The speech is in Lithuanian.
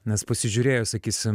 nes pasižiūrėjus sakysim